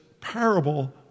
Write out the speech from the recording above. parable